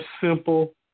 simple